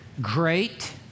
great